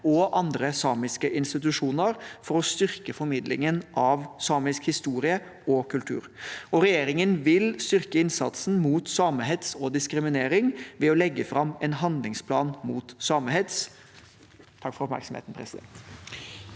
og andre samiske institusjoner for å styrke formidlingen av samisk historie og kultur. Regjeringen vil styrke innsatsen mot samehets og diskriminering ved å legge fram en handlingsplan mot samehets. Presidenten